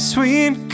Sweet